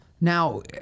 Now